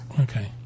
Okay